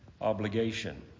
obligation